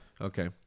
Okay